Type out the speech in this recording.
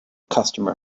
customer